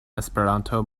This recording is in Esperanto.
esperanta